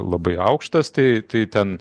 labai aukštas tai tai ten